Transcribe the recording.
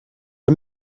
are